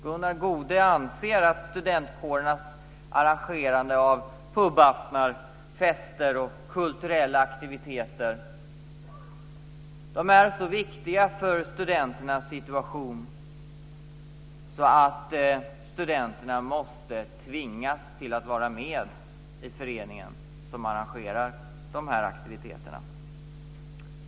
Gunnar Goude anser att studentkårernas arrangerande av pubaftnar, fester och kulturella aktiviteter är så viktiga för studenternas situation att studenterna måste tvingas att vara med i den förening som arrangerar aktiviteterna.